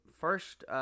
first